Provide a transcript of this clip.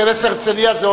אנחנו